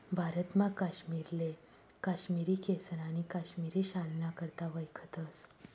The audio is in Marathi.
भारतमा काश्मीरले काश्मिरी केसर आणि काश्मिरी शालना करता वयखतस